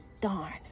Darn